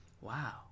Wow